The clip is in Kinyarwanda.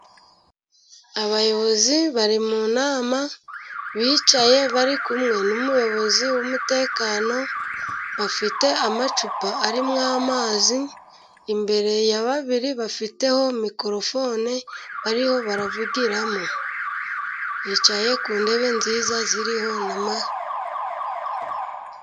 Abayobozi bari mu nama bicaye bari kumwe n'umuyobozi w'umutekano. Bafite amacupa arimo amazi imbere ya babiri. Bafiteho mikorofone bariho baravugiramo. Bicaye ku ntebe nziza ziriho n'ama...